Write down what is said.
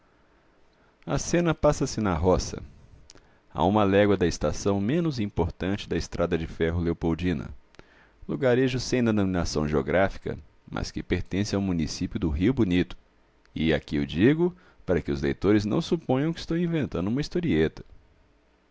a cena passa-se na roça a uma légua da estação menos importante da estrada de ferro leopoldina lugarejo sem denominação geográfica mas que pertence ao município do rio bonito e aqui o digo para que os leitores não suponham que estou inventando uma historieta